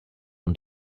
und